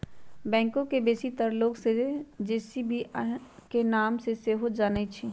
backhoe के बेशीतर लोग जे.सी.बी के नाम से सेहो जानइ छिन्ह